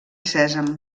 sèsam